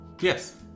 Yes